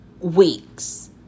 weeks